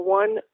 one